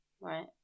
Right